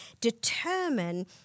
determine